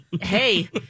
Hey